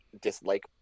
dislike